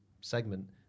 segment